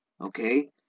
okay